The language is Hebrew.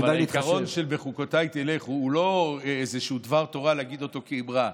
אבל העיקרון של "בחקתי תלכו" הוא לא איזשהו דבר תורה להגיד אותו כאמרה,